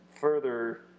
further